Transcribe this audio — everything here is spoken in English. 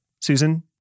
Susan